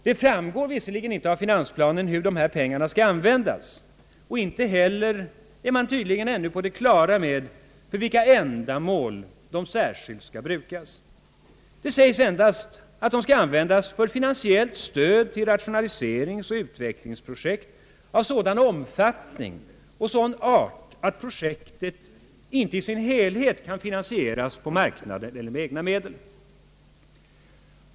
Det framgår visserligen inte av finansplanen, hur dessa pengar skall användas, och inte heller är man tydligen ännu på det klara med för vilka ändamål de skall brukas. Det sägs endast att de skall användas för »finansiellt stöd till rationaliseringsoch utvecklingsprojekt av sådan omfattning och art att projektet inte i sin helhet kan finansieras på marknaden eller med egna medel».